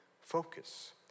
focus